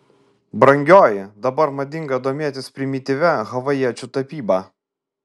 brangioji dabar madinga domėtis primityvia havajiečių tapyba